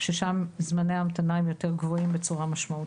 ששם זמני ההמתנה הם יותר גבוהים בצורה משמעותית.